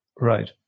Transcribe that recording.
Right